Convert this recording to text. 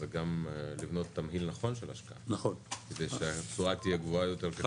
זה גם לבנות תמהיל נכון של השקעה כדי שהתשואה תהיה גבוהה יותר.